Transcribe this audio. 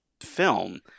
film